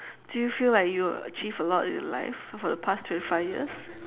do you feel like you achieved a lot in life for the past twenty five years